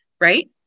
right